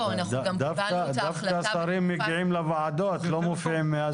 דווקא השרים מגיעים לוועדות, לא מופיעים מהזום.